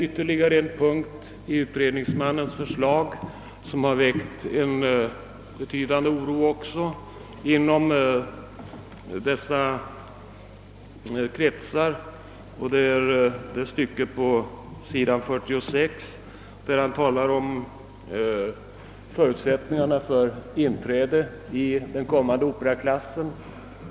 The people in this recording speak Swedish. Ytterligare en punkt i utredningsmannens förslag har väckt oro inom berörda kretsar, nämligen det stycke på s. 46 där han talar om förutsättningarna för inträde i den kommande operaklassen.